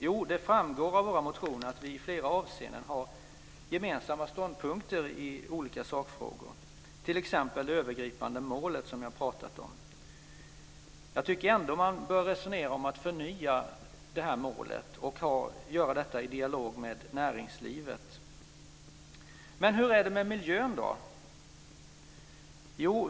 Jo, det framgår av våra motioner att vi i flera avseenden har gemensamma ståndpunkter i olika sakfrågor, t.ex. det övergripande målet som jag har pratat om. Jag tycker ändå att man bör resonera om att förnya målet, och göra det i dialog med näringslivet. Hur är det med miljön?